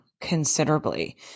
considerably